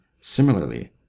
Similarly